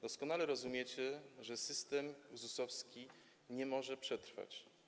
Doskonale rozumiecie, że system ZUS-owski nie może przetrwać.